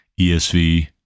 ESV